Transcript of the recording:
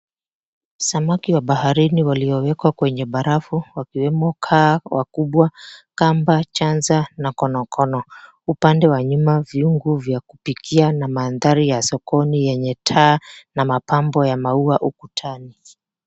Samaki wa baharini waliyowekwa kwenye barafu ikiwemo kaa wakubwa, kamba, chanza na konokono. Upande wa nyuma viungo vya kupikia na mandhari ya sokoni yenye taa na mapambo ya maua ya ukutani.